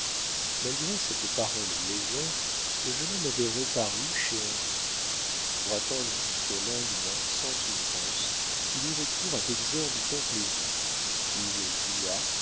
malgré cette parole légère le jeune homme avait reparu chez henri pour attendre jusqu'au lendemain sans souffrances il eut recours à d'exorbitants plaisirs il joua